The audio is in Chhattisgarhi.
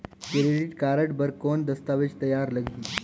क्रेडिट कारड बर कौन दस्तावेज तैयार लगही?